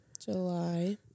July